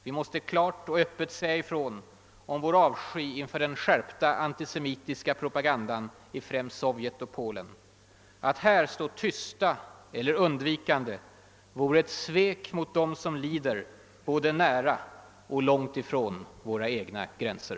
Vi måste klart och öppet säga ifrån om vår avsky inför den skärpta antisemitiska propagandan i främst Sovjetunionen ock Polen. Att här stå tysta eller tala undvikande vore ett svek mot dem som lider både nära och långt ifrån våra egna gränser.